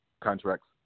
contracts